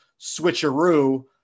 switcheroo